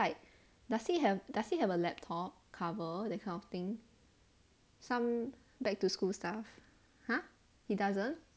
does he have does he have a laptop cover that kind of thing some back to school stuff !huh! he doesn't